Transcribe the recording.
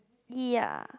ya